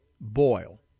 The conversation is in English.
boil